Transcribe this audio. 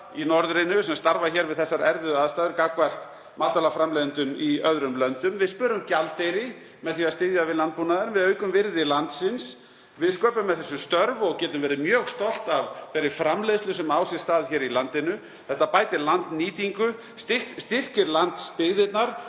í norðrinu, sem starfa hér við þessar erfiðu aðstæður, gagnvart matvælaframleiðendum í öðrum löndum. Við spörum gjaldeyri með því að styðja við landbúnaðinn. Við aukum virði landsins. Við sköpum með þessu störf og getum verið mjög stolt af þeirri framleiðslu sem á sér stað í landinu. Þetta bætir landnýtingu, styrkir landsbyggðina